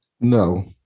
No